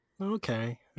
okay